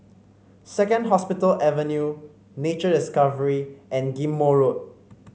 Second Hospital Avenue Nature Discovery and Ghim Moh Road